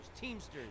teamsters